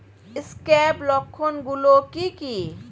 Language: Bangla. স্ক্যাব লক্ষণ গুলো কি কি?